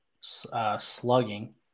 slugging